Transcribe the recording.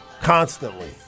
constantly